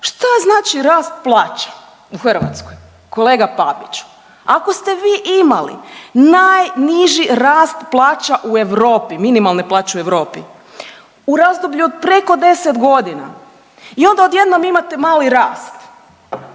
Šta znači rast plaća u Hrvatskoj kolega Paviću? Ako ste vi imali najniži rast plaća u Europi, minimalne plaće u Europi u razdoblju od preko 10 godina i onda odjednom imate mali rast,